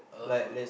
(uh huh)